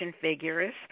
figures